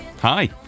Hi